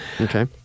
Okay